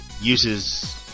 uses